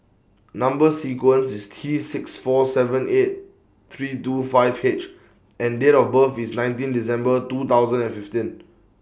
Number sequence IS T six four seven eight three two five H and Date of birth IS nineteen December two thousand and fifteen